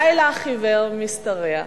לילה חיוור משתרע,